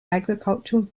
agricultural